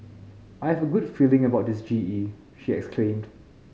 I have a good feeling about this G E she exclaimed